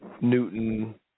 Newton